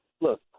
Look